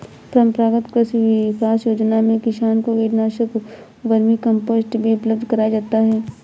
परम्परागत कृषि विकास योजना में किसान को कीटनाशक, वर्मीकम्पोस्ट भी उपलब्ध कराया जाता है